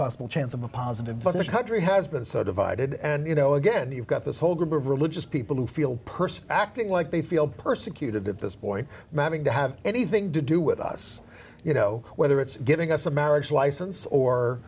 possible chance of a positive but this country has been so divided and you know again you've got this whole group of religious people who feel person acting like they feel persecuted at this point manning to have anything to do with us you know whether it's giving us a marriage license or